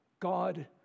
God